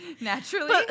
naturally